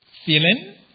feeling